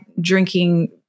drinking